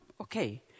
Okay